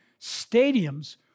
stadiums